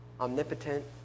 omnipotent